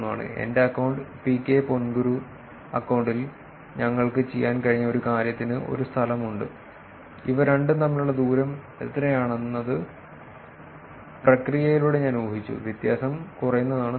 എന്റെ account PK ponguru അക്കൌണ്ടിൽ ഞങ്ങൾക്ക് ചെയ്യാൻ കഴിഞ്ഞ ഒരു കാര്യത്തിന് ഒരു സ്ഥലമുണ്ട് ഇവ രണ്ടും തമ്മിലുള്ള ദൂരം എത്രയാണെന്നത് പ്രക്രിയയിലൂടെ ഞാൻ ഊഹിച്ചു വ്യത്യാസം കുറയുന്നതാണ് നല്ലത്